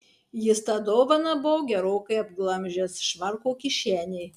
jis tą dovaną buvo gerokai apglamžęs švarko kišenėj